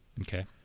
Okay